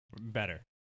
Better